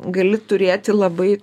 gali turėti labai